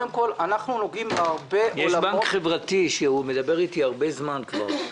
יש בנק חברתי, שמדבר איתי כבר זמן רב,